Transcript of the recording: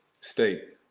State